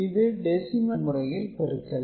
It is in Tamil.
இது டெசிமல் முறையில் பெருக்கல்